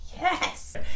Yes